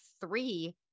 three